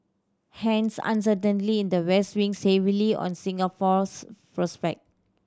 hence uncertainly in the west weighs safely on Singapore's prospect